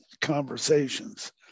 conversations